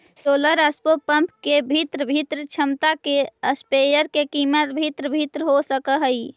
solar spray pump के भिन्न भिन्न क्षमता के स्प्रेयर के कीमत भिन्न भिन्न हो सकऽ हइ